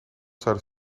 zouden